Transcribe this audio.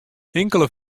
inkelde